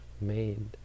made